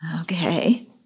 Okay